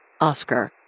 Oscar